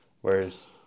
whereas